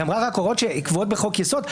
היא אמרה רק הוראות שקבועות בחוק יסוד,